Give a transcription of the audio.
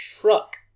truck